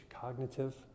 cognitive